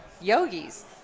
Yogi's